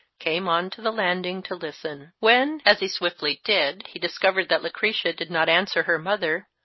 came on to the landing to listen. when, as he swiftly did, he discovered that lucretia did not answer her mother,